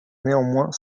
néanmoins